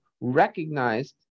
recognized